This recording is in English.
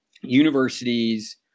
universities